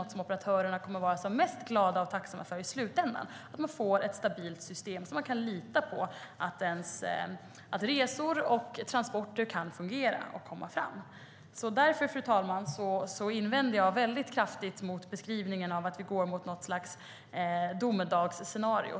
Operatörerna kommer i slutändan att vara tacksamma för att de får ett stabilt system där de kan lita på att resor och transporter fungerar och kommer fram. Fru talman! Jag invänder kraftigt mot beskrivningen av att vi går mot något slags domedagsscenario.